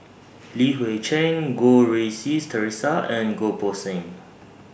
Li Hui Cheng Goh Rui Si Theresa and Goh Poh Seng